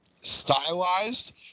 stylized